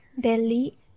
Delhi